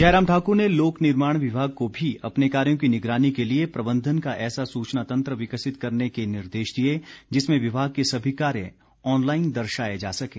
जयराम ठाक्र ने लोकनिर्माण विभाग को भी अपने कार्यों की निगरानी के लिए प्रबंधन का ऐसा सूचना तंत्र विकसित करने के निर्देश दिए जिसमें विभाग के सभी कार्य ऑनलाईन दर्शाए जा सकें